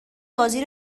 بازی